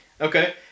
Okay